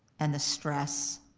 and the stress.